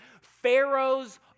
Pharaoh's